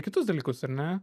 kitus dalykus ar ne